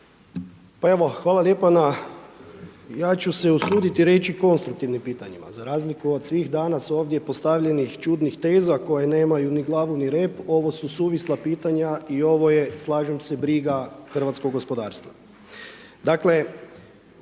Pa evo hvala lijepa. Ja ću se usuditi i reći konstruktivnim pitanjima, za razliku od svih danas ovdje postavljenih čudnih teza koje nemaju ni glavu ni rep ovo su suvisla pitanja i ovo je slažem se briga hrvatskog gospodarstva.